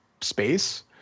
space